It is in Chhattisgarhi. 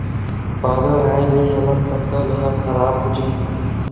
बादर आय ले हमर फसल ह खराब हो जाहि का?